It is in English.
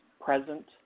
present